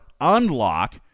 unlock